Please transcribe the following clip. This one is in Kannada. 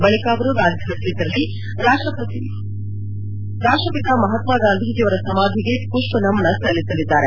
ಬಳಿಕ ಅವರು ರಾಜ್ ಫಾಟ್ ಗೆ ಶೆರಳಿ ರಾಷ್ಟಪಿತ ಮಪಾತ್ಮ ಗಾಂಧಿಜಿ ಅವರ ಸಮಾಧಿಗೆ ಪುಷ್ಪನಮನ ಸಲ್ಲಿಸಲಿದ್ದಾರೆ